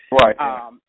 Right